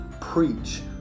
preach